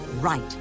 Right